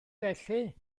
felly